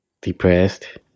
depressed